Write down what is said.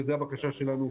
דרשנו והסברנו,